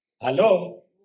Hello